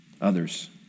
others